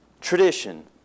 Tradition